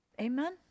Amen